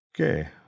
Okay